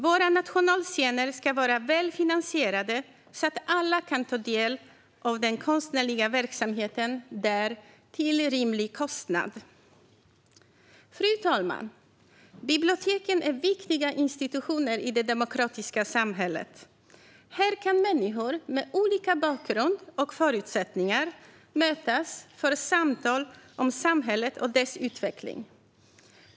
Våra nationalscener ska vara väl finansierade så att alla till rimlig kostnad kan ta del av den konstnärliga verksamheten där. Fru talman! Biblioteken är viktiga institutioner i det demokratiska samhället. Här kan människor med olika bakgrund och förutsättningar mötas för samtal om samhället och dess utveckling.